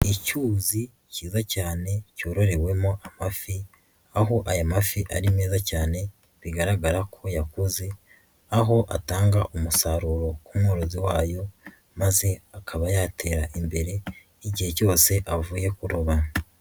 Ni icyuzi kiza cyane cyororewemo amafi, aho aya mafi ari meza cyane bigaragara ko yakuze, aho atanga umusaruro ku mworozi wayo maze akaba yatera imbere igihe cyose avuye kuroba.